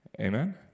Amen